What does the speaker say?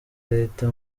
leta